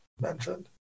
mentioned